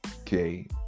Okay